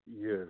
Yes